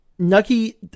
Nucky